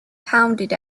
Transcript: pounded